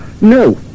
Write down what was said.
no